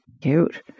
Cute